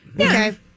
Okay